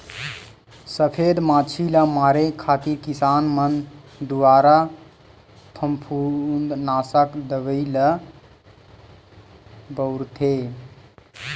सफेद मांछी ल मारे खातिर किसान मन दुवारा फफूंदनासक दवई ल बउरथे